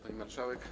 Pani Marszałek!